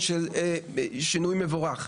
כי הוא מבחינתנו שינוי מבורך,